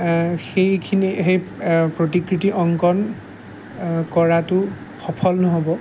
সেইখিনি সেই প্ৰতিকৃতি অংকন কৰাটো সফল নহ'ব